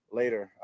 later